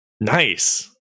Nice